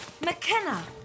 McKenna